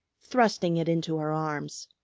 thrusting it into her arms.